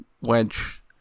Wedge